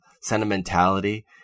sentimentality